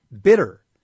bitter